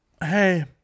hey